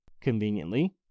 Conveniently